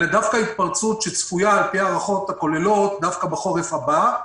אלא דווקא ההתפרצות שצפויה על פי ההערכות הכוללות דווקא בחורף הבא,